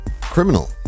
criminal